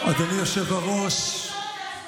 חבר הכנסת סימון דוידסון,